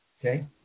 okay